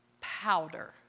powder